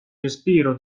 respiro